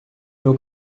meu